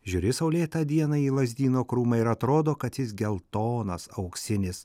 žiūri saulėtą dieną į lazdyno krūmą ir atrodo kad jis geltonas auksinis